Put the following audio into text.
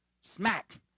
smack